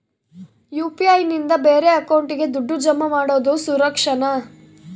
UPI ನಿಂದ ಬೇರೆ ಅಕೌಂಟಿಗೆ ದುಡ್ಡು ಜಮಾ ಮಾಡೋದು ಸುರಕ್ಷಾನಾ?